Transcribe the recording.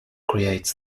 creates